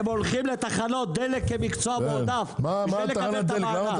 הם הולכים לתחנות דלק כמקצוע מועדף כדי לקבל את המענק.